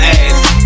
ass